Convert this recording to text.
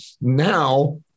now